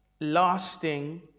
lasting